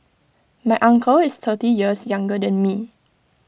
my uncle is thirty years younger than me